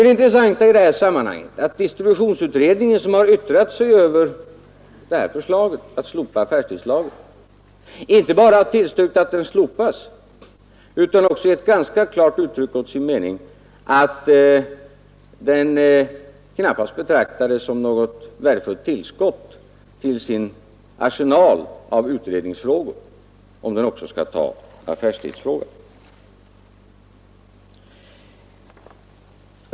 Det intressanta i detta sammanhang är att distributionsutredningen, som har yttrat sig över förslaget att slopa arbetstidslagen, inte bara har tillstyrkt detta utan också ganska klart har uttryckt som sin mening att den knappast betraktar denna lag som något värdefullt tillskott till sin arsenal av utredningsfrågor, om den skulle få uppdraget att utreda också affärstidsfrågan.